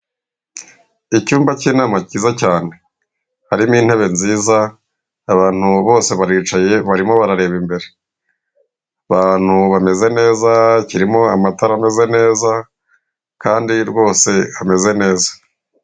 Icyumba cy'inama cyiza cyane! Harimo intebe nziza, abantu bose baricaye, barimo barareba imbere. Abantu bameze neza, kirimo amatara ameze neza, kandi rwose hameze neza.